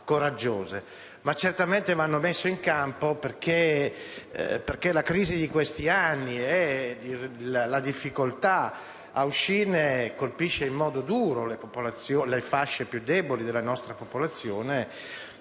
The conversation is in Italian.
ma certamente vanno messe in campo, perché la crisi di questi anni e la difficoltà ad uscirne colpisce in modo duro le fasce più deboli della nostra popolazione,